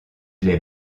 les